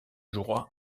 jouera